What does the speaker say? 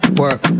work